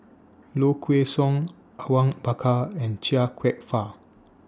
Low Kway Song Awang Bakar and Chia Kwek Fah